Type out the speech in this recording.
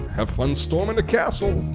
have fun storming the castle!